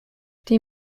die